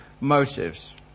motives